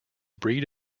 breed